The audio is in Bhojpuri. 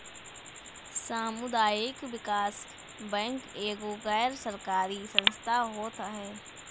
सामुदायिक विकास बैंक एगो गैर सरकारी संस्था होत हअ